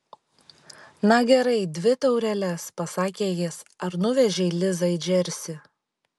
na gerai dvi taureles pasakė jis ar nuvežei lizą į džersį